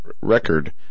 record